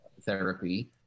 therapy